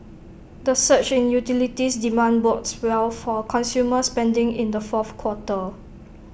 the surge in utilities demand bodes well for consumer spending in the fourth quarter